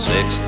Six